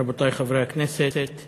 רבותי חברי הכנסת,